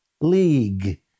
league